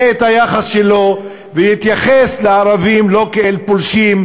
את היחס שלו ויתייחס לערבים לא כאל פושעים,